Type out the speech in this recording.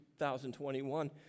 2021